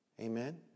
Amen